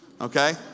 okay